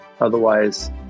Otherwise